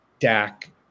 Dak